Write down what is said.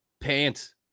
pants